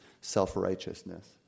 self-righteousness